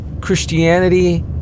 Christianity